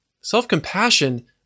Self-compassion